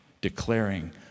declaring